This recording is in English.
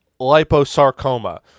liposarcoma